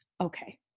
okay